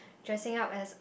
dressing up as